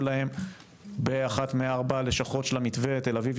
להם באחת מארבע הלשכות של המתווה תל אביב,